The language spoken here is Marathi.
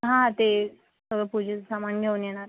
हां ते सर्व पूजेचं सामान घेऊन येणार